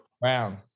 brown